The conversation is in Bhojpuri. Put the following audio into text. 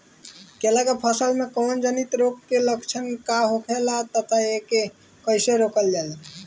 केला के फसल में कवक जनित रोग के लक्षण का होखेला तथा एके कइसे रोकल जाला?